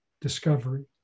discovery